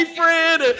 friend